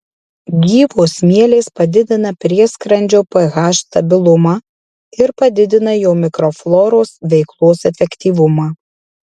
gyvos mielės padidina prieskrandžio ph stabilumą ir padidina jo mikrofloros veiklos efektyvumą